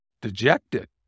Dejected